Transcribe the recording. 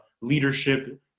leadership